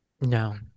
No